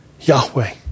Yahweh